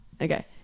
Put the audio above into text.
okay